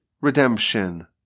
redemption